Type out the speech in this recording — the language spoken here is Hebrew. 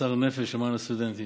שמסר נפש למען הסטודנטים,